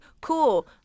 cool